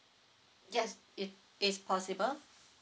yes it is possible